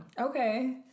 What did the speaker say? Okay